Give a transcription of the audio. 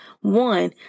One